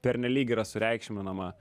pernelyg yra sureikšminama